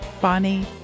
Bonnie